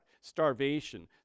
starvation